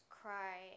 cry